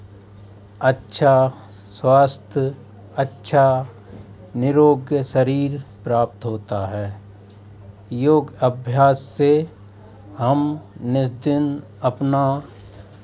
अच्छा स्वास्थ्य अच्छा निरोग शरीर प्राप्त होता है योग अभ्यास से हम नित्यदिन अपना